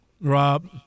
Rob